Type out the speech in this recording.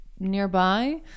nearby